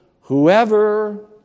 whoever